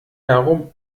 herum